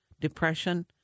depression